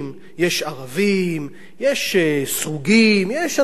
יש סרוגים, יש אנשים מכל מיני סוגים בחריש עצמה.